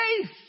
faith